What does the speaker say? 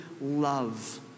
love